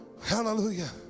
hallelujah